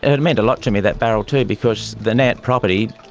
and it meant a lot to me, that barrel, too, because the nant property,